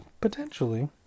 potentially